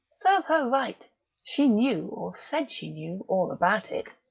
serve her right she knew, or said she knew, all about it.